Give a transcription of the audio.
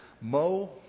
Mo